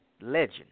legend